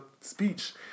speech